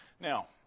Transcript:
Now